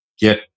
get